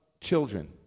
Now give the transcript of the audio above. Children